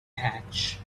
hatch